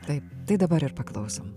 taip tai dabar ir paklausom